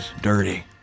dirty